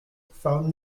phone